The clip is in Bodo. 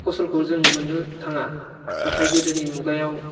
फसलखौ जों मोननो थाङा नाथाय गोदोनि मुगायाव